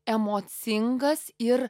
emocingas ir